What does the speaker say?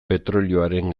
petrolioaren